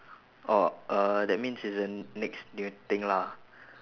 orh uh that means it's uh next new thing lah